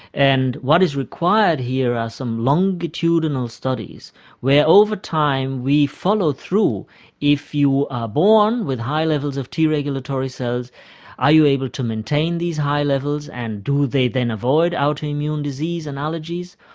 and what is required here are some longitudinal studies where over time we follow through if you are born with high levels of t regulatory cells are you able to maintain these high levels and do they then avoid autoimmune disease and allergies,